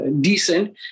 Decent